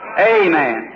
Amen